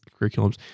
curriculums